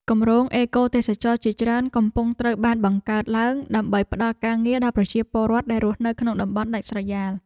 គម្រោងអេកូទេសចរណ៍ជាច្រើនកំពុងត្រូវបានបង្កើតឡើង ដើម្បីផ្តល់ការងារដល់ប្រជាពលរដ្ឋដែលរស់នៅក្នុងតំបន់ដាច់ស្រយាល។